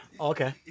Okay